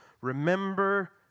Remember